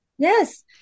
Yes